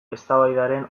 eztabaidaren